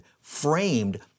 framed